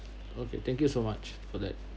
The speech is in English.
okay thank you so much for that